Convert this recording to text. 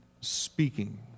speaking